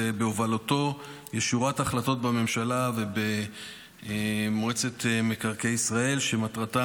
ובהובלתו יש שורת החלטות בממשלה ובמועצת מקרקעי ישראל שמטרתן